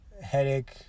headache